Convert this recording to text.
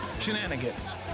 Shenanigans